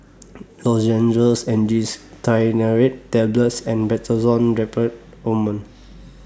Lozenges Angised Glyceryl Trinitrate Tablets and Betamethasone Dipropionate Ointment